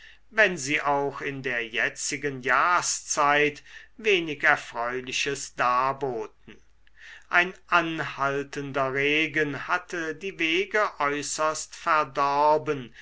wenn sie auch in der jetzigen jahrszeit wenig erfreuliches darboten ein anhaltender regen hatte die wege äußerst verdorben